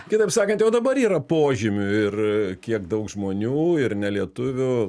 kitaip sakant jau dabar yra požymių ir kiek daug žmonių ir ne lietuvių